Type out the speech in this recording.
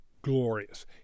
glorious